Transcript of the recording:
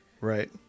right